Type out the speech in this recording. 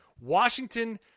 Washington